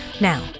Now